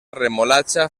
remolacha